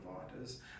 providers